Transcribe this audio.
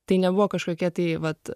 tai nebuvo kažkokia tai vat